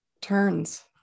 turns